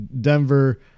Denver